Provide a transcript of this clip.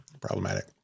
problematic